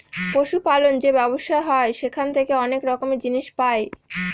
পশু পালন যে ব্যবসা হয় সেখান থেকে অনেক রকমের জিনিস পাই